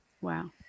Wow